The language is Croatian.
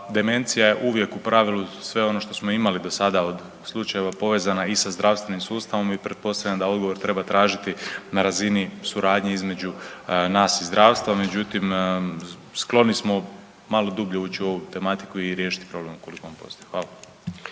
Demencija je uvijek u pravilu sve ono što smo imali do sada od slučajeva povezana i sa zdravstvenim sustavom i pretpostavljam da odgovor treba tražiti na razini, suradnji između nas i zdravstva. Međutim, skloni smo malo dublje ući u ovu tematiku i riješiti problem ukoliko on postoji.